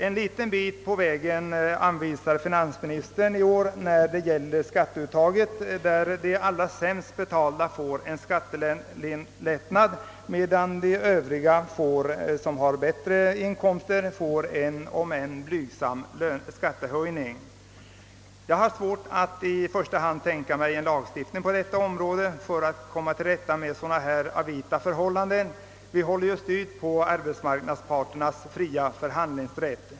En liten bit på vägen går finansministern i år när det gäller skatteuttaget. De allra sämst betalda får en skattelättnad, medan de övriga som har bättre inkomster får en, om än blygsam, skattehöjning. Jag har svårt att tänka mig en lagstiftning för att komma till rätta med sådana här avvita förhållanden; vi håller ju styvt på arbetsmarknadsparternas fria förhandlingsrätt.